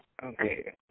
Okay